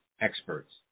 experts